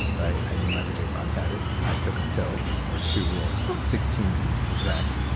right. i knew michael j. fox had it. i took a pill or two or sixteen, to be exact.